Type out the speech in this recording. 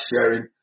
sharing